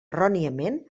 erròniament